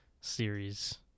series